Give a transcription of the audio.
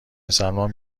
سلمان